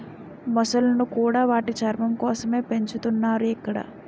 మొసళ్ళను కూడా వాటి చర్మం కోసమే పెంచుతున్నారు ఇక్కడ